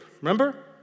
remember